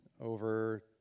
Over